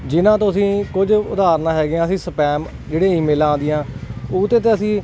ਜਿਹਨਾਂ ਤੋਂ ਅਸੀਂ ਕੁਝ ਉਦਾਹਰਨਾਂ ਹੈਗੀਆਂ ਅਸੀਂ ਸਪੈਮ ਜਿਹੜੇ ਈਮੇਲਾਂ ਆਉਂਦੀਆਂ ਉਹਦੇ ਤਾਂ ਅਸੀਂ